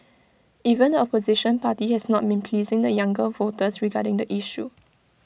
even the opposition party has not been pleasing the younger voters that regarding the issue